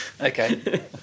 Okay